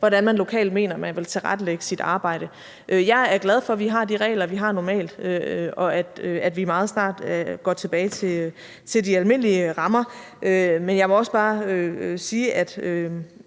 hvordan man lokalt mener man vil tilrettelægge sit arbejde. Jeg er glad for, at vi har de regler, vi har normalt, og at vi meget snart går tilbage til de almindelige rammer. Men jeg må også bare sige, at